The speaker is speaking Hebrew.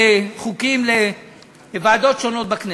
שחוקים עוברים לוועדות שונות בכנסת,